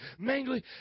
mangly